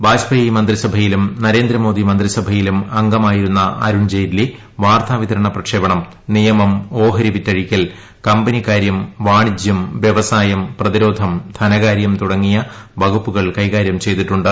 വാജ്പേയി മന്ത്രിസഭയിലും നരേന്ദ്ര മോദി മന്ത്രിസഭയിലും അംഗമായിരുന്ന അരുൺ ജെയ്റ്റ്ലി വാർത്താ വിതരണ പ്രക്ഷേപണം നിയമം ഓഹരി വിറ്റഴിക്കൽ കമ്പനി കാര്യം വാണിജ്യം വ്യവസായം പ്രതിരോധം ധനകാര്യം തുടങ്ങിയ വകുപ്പുകൾ കൈകാര്യം ചെയ്തിട്ടുണ്ട്